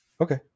Okay